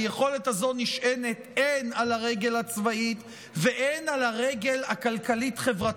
היכולת הזו נשענת הן על הרגל הצבאית והן על הרגל הכלכלית-חברתית.